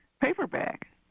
paperback